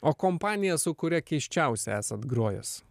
o kompanija su kuria keisčiausia esat grojęs